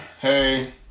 Hey